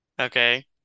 okay